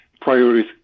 priorities